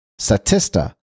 Statista